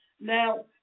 now